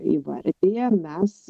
įvardiję mes